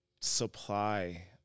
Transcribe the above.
supply